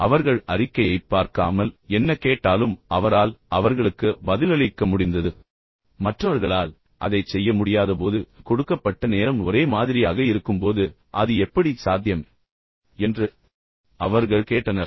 பின்னர் அவர்கள் அறிக்கையைப் பார்க்காமல் என்ன கேட்டாலும் அவரால் அவர்களுக்கு பதிலளிக்க முடிந்தது எனவே மற்றவர்களால் அதைச் செய்ய முடியாத போது கொடுக்கப்பட்ட நேரம் ஒரே மாதிரியாக இருக்கும்போது அது எப்படி சாத்தியம் என்று அவர்கள் கேட்டனர்